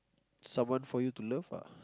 someone for you to love ah